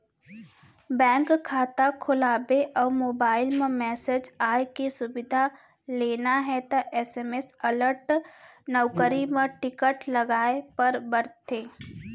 bank खाता खोलवाबे अउ मोबईल म मेसेज आए के सुबिधा लेना हे त एस.एम.एस अलर्ट नउकरी म टिक लगाए बर परथे